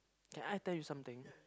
can I tell you something